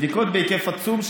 ובדיקות בהיקף עצום,